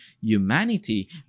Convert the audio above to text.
humanity